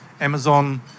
Amazon